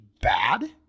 bad